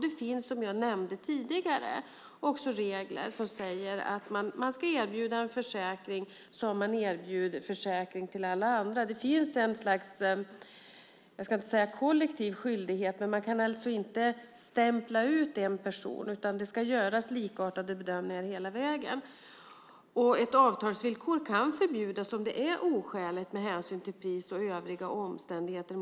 Det finns som jag nämnde tidigare regler som säger att man ska erbjuda en försäkring som man erbjuder försäkring till alla andra. Det finns inte en kollektiv skyldighet, men man kan inte stämpla ut en person. Det ska göras likartade bedömningar hela vägen. Ett avtalsvillkor mot konsumenten kan förbjudas om det är oskäligt med hänsyn till pris och övriga omständigheter.